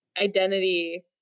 identity